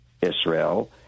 Israel